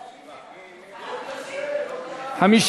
לשנת התקציב 2015, בדבר תוכנית חדשה לא נתקבלו.